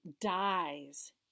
dies